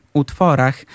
utworach